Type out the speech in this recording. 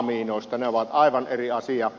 ne ovat aivan eri asia